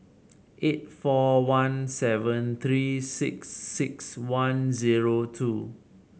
eight four one seven three six six one zero two